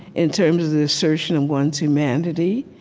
in terms of the assertion of one's humanity,